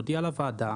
נודיע לוועדה.